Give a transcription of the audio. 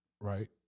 right